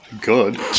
good